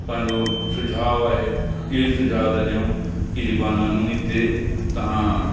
पंहिंजो सुझाव आहे इहो ई सुझाव था ॾियूं कि जेको आहे न हुन ते तव्हां